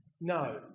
No